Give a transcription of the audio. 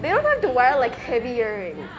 they don't have to wear like heavy earrings